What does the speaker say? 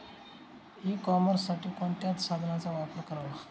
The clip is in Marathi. ई कॉमर्ससाठी कोणत्या साधनांचा वापर करावा?